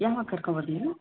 ಯಾವಾಗ ಕರ್ಕೋ ಬರಲಿ